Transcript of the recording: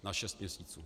Na šest měsíců.